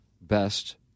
best